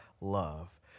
love